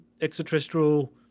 extraterrestrial